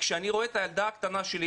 כשאני רואה את הילדה הקטנה שלי,